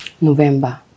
November